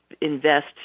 invest